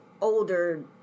older